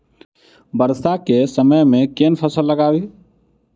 वर्षा केँ समय मे केँ फसल लगाबी?